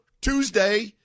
Tuesday